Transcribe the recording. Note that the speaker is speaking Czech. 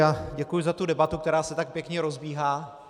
A děkuji za tu debatu, která se tak pěkně rozbíhá.